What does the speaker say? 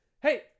Hey